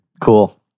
Cool